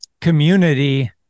community